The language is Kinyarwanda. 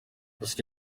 gusa